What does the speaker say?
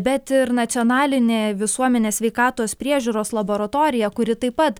bet ir nacionalinė visuomenės sveikatos priežiūros laboratorija kuri taip pat